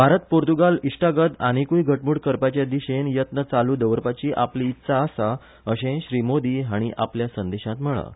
Bharat Portugal इश्टागत आनिकूय घटमूट करपाचे दिशेन येत्न चालू दवरपाची आपली इत्सा आसा अशें मोदी हांणी आपल्या संदेशांत म्हळां